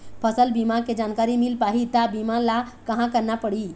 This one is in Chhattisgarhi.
फसल बीमा के जानकारी मिल पाही ता बीमा ला कहां करना पढ़ी?